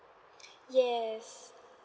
yes